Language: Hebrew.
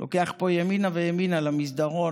לוקח פה ימינה וימינה למסדרון.